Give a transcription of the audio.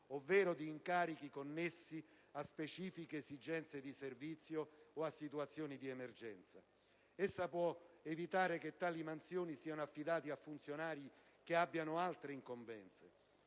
ovvero di incarichi connessi a specifiche esigenze di servizio o a situazioni d'emergenza. Essa può evitare che tali mansioni siano affidate a funzionari che abbiano altre incombenze.